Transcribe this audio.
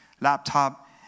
laptop